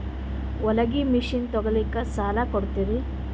ಹೊಲಗಿ ಮಷಿನ್ ತೊಗೊಲಿಕ್ಕ ಸಾಲಾ ಕೊಡ್ತಿರಿ?